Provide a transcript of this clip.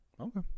Okay